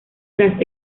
tras